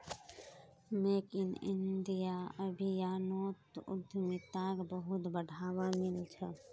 make in India अभियानोत उद्यमिताक बहुत बढ़ावा मिल छ